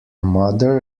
mother